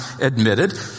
admitted